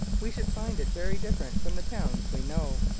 we should find it very different from the towns we know.